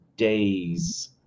Days